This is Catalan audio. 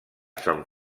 sant